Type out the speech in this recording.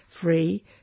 free